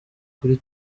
kuri